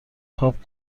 پاپ